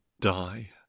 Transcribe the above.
die